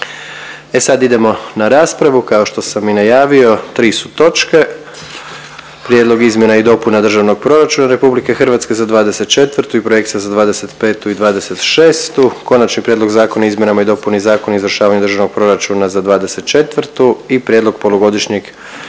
E sad idemo na raspravu kao što sam i najavio tri su točke: - Prijedlog izmjena i dopuna Državnog proračuna RH za 2024. godinu i projekcija za 2025. i 2026. godinu; - Konačni prijedlog Zakona o izmjenama i dopuni Zakona o izvršavanju Državnog proračuna RH za 2024. godinu, drugo čitanje,